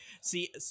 See